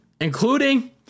including